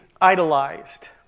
idolized